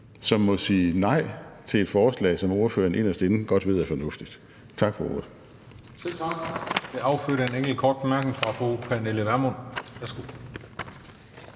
som må sige nej til et forslag, som ordføreren inderst inde godt ved er fornuftigt. Tak for ordet.